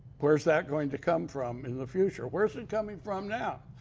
where's that going to come from in the future? where's it coming from now?